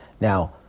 Now